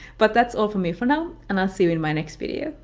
but that's all from me for now, and i'll see you in my next video.